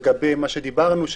לגבי מה שדיברנו,